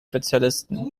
spezialisten